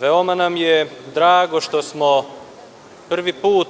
Veoma nam je drago što smo prvi put